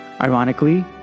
Ironically